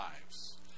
lives